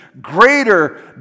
greater